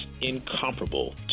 incomparable